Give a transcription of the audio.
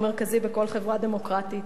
הוא מרכזי בכל חברה דמוקרטית.